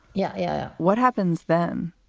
yeah. yeah. what happens then?